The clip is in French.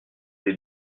les